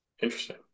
Interesting